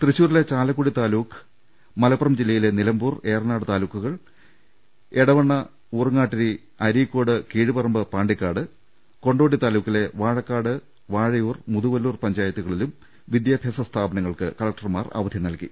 തൃശൂരിലെ ചാലക്കുടി താലൂക്കിലും മലപ്പുറം ജില്ലയിലെ നില മ്പൂർ ഏറനാട് താലൂക്കുകളിൽ എടവണ്ണ ഊർങ്ങാട്ടിരി അരീക്കോട് കീഴുപറമ്പ് പാണ്ടിക്കാട് കൊണ്ടോട്ടി താലൂക്കിലെ വാഴക്കാട് വാഴ യൂർ മുതുവല്ലൂർ പഞ്ചായത്തുകളിലും വിദ്യാഭ്യാസ സ്ഥാപനങ്ങൾ ക്ക് കലക്ടർമാർ അവധി നൽകി